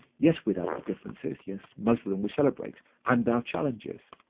yes we'd have our differences. yes most of them we celebrate and our challenges.